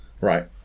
Right